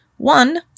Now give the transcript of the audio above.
One